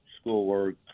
schoolwork